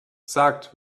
sagt